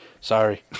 sorry